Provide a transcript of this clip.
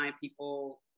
people